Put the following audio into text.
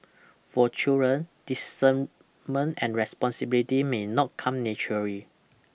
for children discernment and responsibility may not come naturally